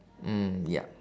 mm ya